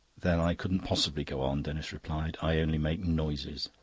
then i couldn't possibly go on, denis replied. i only make noises.